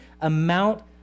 amount